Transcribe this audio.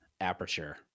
aperture